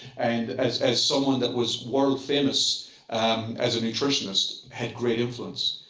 and as as someone that was world-famous as a nutritionist had great influence.